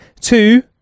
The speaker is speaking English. two